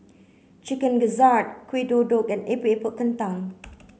chicken gizzard Kuih Kodok and Epok Epok Kentang